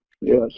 Yes